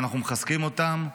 ואנחנו מחזקים אותם,